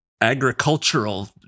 agricultural